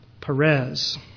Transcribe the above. Perez